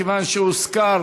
מכיוון שהוזכר